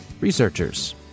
researchers